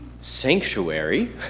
sanctuary